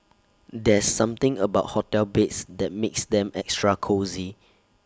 there's something about hotel beds that makes them extra cosy